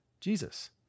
Jesus